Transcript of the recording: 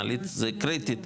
מעלית זה קריטי,